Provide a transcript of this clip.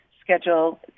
schedule